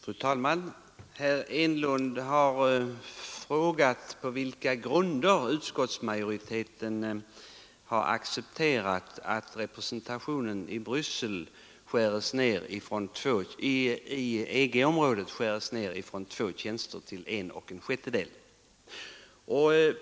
Fru talman! Herr Enlund har frågat, på vilka grunder utskottsmajoriteten accepterat att representationen i EG-området skärs ned från två tjänster till en och en sjättedel.